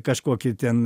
kažkokį ten